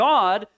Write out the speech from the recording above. God